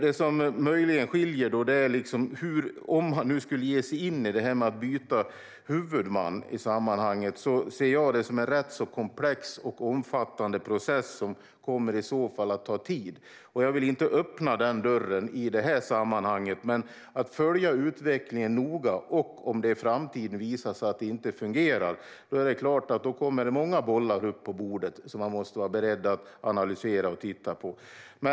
Det som möjligen skiljer, om man nu skulle ge sig in i det här med att byta huvudman, är att jag ser det som en rätt så komplex och omfattande process som i så fall kommer att ta tid. Jag vill inte öppna den dörren i det här sammanhanget, men jag följer utvecklingen noga. Om det i framtiden visar sig att det inte fungerar är det klart att det kommer många bollar upp på bordet som man måste vara beredd att analysera och titta på.